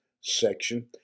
section